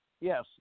yes